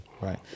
Right